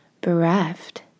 bereft